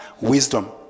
wisdom